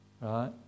Right